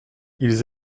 ils